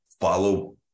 follow